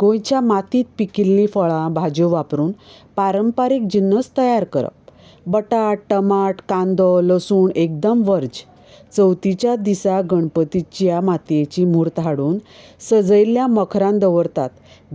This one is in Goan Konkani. गोंयच्या मातयेंत पिकिल्लीं फळां भाजीयो वापरून पारंपारीक जिनस तयार करप बटाट टमाट कांदो लसूण एकदम वर्ज चवथीच्या दिसा गणपतीच्या मातयेची मूर्त हाडून सजयल्या मखरांत दवरतात